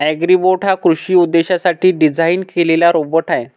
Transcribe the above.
Agribot हा कृषी उद्देशांसाठी डिझाइन केलेला रोबोट आहे